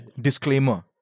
Disclaimer